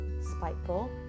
spiteful